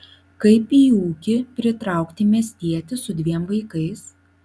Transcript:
kaip į ūkį pritraukti miestietį su dviem vaikais